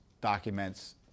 documents